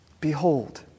Behold